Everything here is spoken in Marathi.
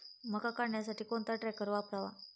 मका काढणीसाठी कोणता ट्रॅक्टर वापरावा?